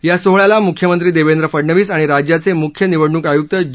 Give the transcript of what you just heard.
या सोहळ्याला मुख्यमंत्री देवेंद्र फडणवीस आणि राज्याचे मुख्य निवडणूक आयुक्त ज